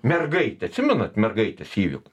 mergaitė atsimenat mergaitės įvykį